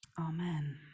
amen